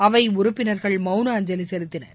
அவை உறுப்பினர்கள் மௌன அஞ்சலி செலுத்தினர்